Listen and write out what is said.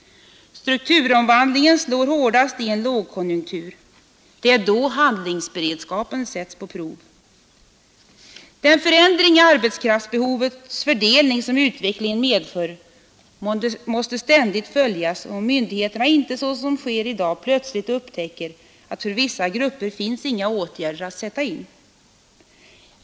Strukturomvandlingen slår hårdast i en lågkonjunktur. Det är då handlingsberedskapen sätts på prov. Den förändring i arbetskraftsbehovets fördelning som utvecklingen medför måste ständigt följas, om myndigheterna inte, såsom sker i dag, plötsligt upptäcker att det för vissa grupper inte finns några åtgärder att sätta in.